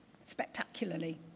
spectacularly